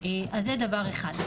זה דבר אחד.